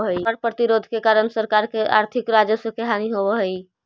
कर प्रतिरोध के कारण सरकार के आर्थिक राजस्व के हानि होवऽ हई